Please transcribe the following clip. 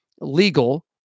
legal